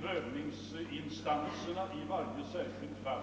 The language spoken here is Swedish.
prövningsinstanserna i varje särskilt fall.